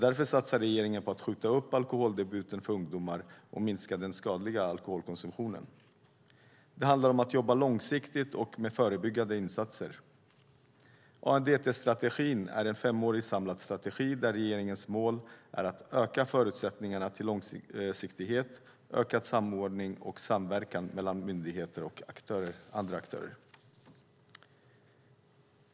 Därför satsar regeringen på att skjuta upp alkoholdebuten för ungdomar och minska den skadliga alkoholkonsumtionen. Det handlar om att jobba långsiktigt och med förebyggande insatser. ANDT-strategin är en femårig samlad strategi där regeringens mål är att öka förutsättningarna för långsiktighet, ökad samordning och samverkan mellan myndigheter och andra aktörer.